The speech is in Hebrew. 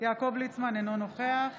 יעקב ליצמן, אינו נוכח